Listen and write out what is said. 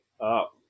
up